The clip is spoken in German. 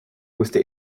musste